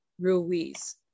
Ruiz